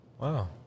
Wow